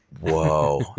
Whoa